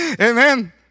Amen